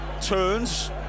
turns